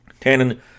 Tannen